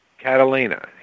Catalina